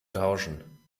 tauschen